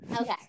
Okay